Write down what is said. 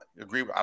agree